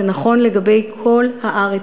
זה נכון לגבי כל הארץ.